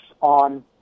on